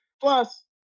plus